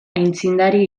aitzindari